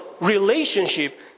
relationship